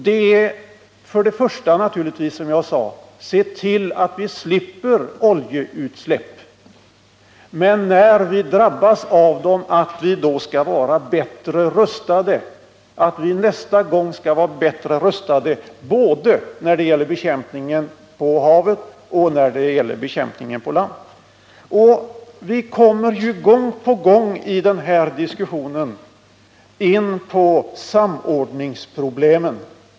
Det gäller för det första, som jag sagt, att se till att vi slipper oljeutsläpp. För det andra gäller det att vi när vi drabbas av dem skall vara bättre rustade i vad avser bekämpningen både på havet och på land. Vi kommer i denna diskussion gång på gång in på samordningsproblemen.